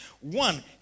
One